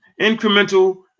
incremental